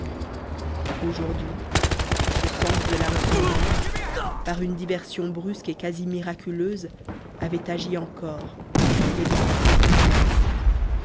aujourd'hui ce sens de la ressemblance par une diversion brusque et quasi miraculeuse avait agi encore mais d'une façon inverse